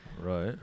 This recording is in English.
Right